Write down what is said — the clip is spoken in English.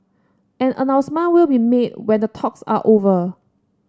an announcement will be made when the talks are over